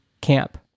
camp